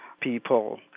people